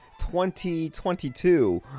2022